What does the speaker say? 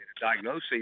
diagnosis